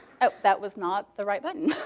ah that was not the right button.